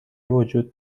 وجود